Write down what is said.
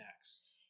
next